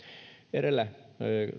edellä